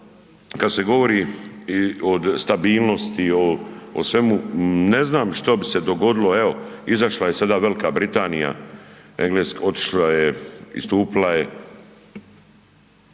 kada se govori o stabilnosti i o svemu ne znam što bi se dogodilo. Evo izašla je sada Velika Britanija, otišla je, istupila je